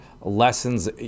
lessons